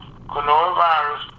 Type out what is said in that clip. coronavirus